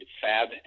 fab